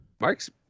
Mark's